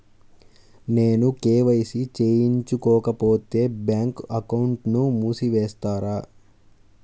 నేను కే.వై.సి చేయించుకోకపోతే బ్యాంక్ అకౌంట్ను మూసివేస్తారా?